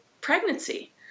pregnancy